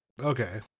okay